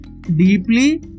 deeply